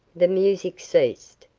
the music ceased,